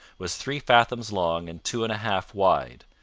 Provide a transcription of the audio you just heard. was three fathoms long and two and a half wide.